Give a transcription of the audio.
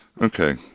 Okay